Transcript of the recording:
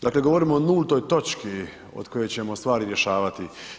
Dakle, govorimo o nultoj točki od koje ćemo stvari rješavati.